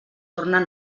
tornar